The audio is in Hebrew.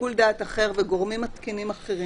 שיקול דעת אחר וגורמים מתקינים אחרים